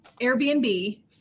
Airbnb